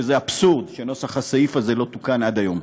שזה אבסורד שנוסח הסעיף הזה לא תוקן עד היום,